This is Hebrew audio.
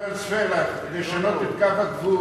לא מדובר בטרנספר אלא בשינוי קו הגבול.